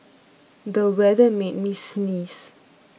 the weather made me sneeze